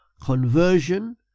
Conversion